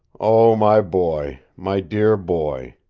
oh, my boy, my dear boy,